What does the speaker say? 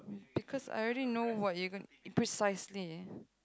because I already know what you gonna you precisely